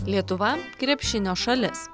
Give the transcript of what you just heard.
lietuva krepšinio šalis